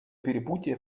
перепутье